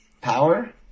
Power